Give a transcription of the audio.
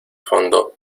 fondo